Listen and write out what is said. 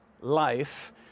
life